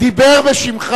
דיבר בשמך